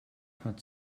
hat